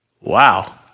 Wow